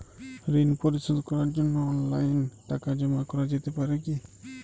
ঋন পরিশোধ করার জন্য অনলাইন টাকা জমা করা যেতে পারে কি?